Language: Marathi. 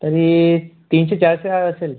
तरी तीनशे चारशे असेल